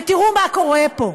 ותראו מה קורה פה,